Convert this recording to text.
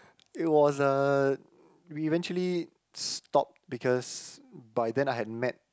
it was uh we eventually stopped because by then I had met